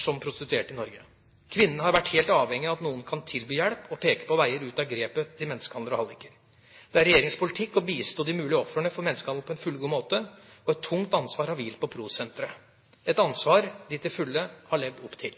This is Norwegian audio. som prostituert i Norge. Kvinnene har vært helt avhengige av at noen kan tilby hjelp og peke på veier ut av grepet til menneskehandlere og halliker. Det er regjeringas politikk å bistå de mulige ofrene for menneskehandel på en fullgod måte, og et tungt ansvar har hvilt på PRO Sentret, et ansvar det til fulle har levd opp til.